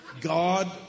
God